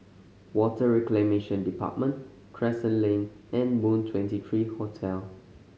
Water Reclamation Department Crescent Lane and Moon Twenty three Hotel